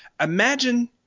Imagine –